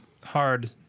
hard